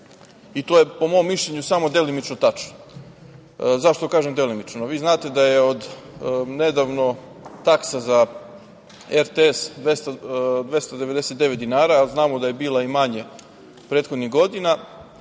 i to je, po mom mišljenju, samo delimično tačno.Zašto kažem delimično? Vi znate da je od nedavno taksa za RTS 299 dinara, a znamo da je bila i manja prethodnih godina,